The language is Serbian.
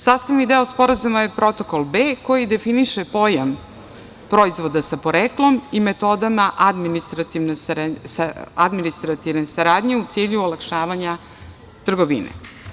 Sastavni deo Sporazuma je Protokol B koji definiše pojam proizvoda sa poreklom i metodama administrativne saradnje u cilju olakšavanja trgovine.